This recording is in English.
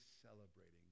celebrating